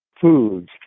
foods